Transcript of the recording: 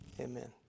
Amen